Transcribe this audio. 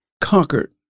conquered